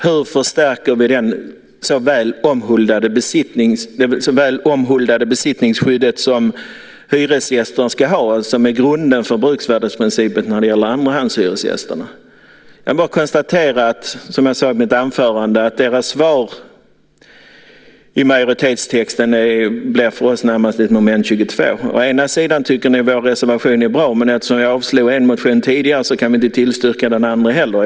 Hur förstärker vi det så väl omhuldade besittningsskyddet för hyresgästen som är grunden för bruksvärdesprincipen när det gäller andrahandshyresgäster. Som jag sade i mitt anförande innebär majoritetstexten för oss närmast ett moment 22. Å ena sidan tycker ni att vår reservation är bra, men eftersom ni tidigare har avslagit en motion kan ni inte tillstyrka den här motionen.